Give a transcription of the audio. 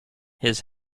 his